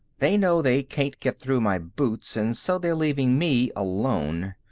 they know they can't get through my boots, and so they're leaving me alone.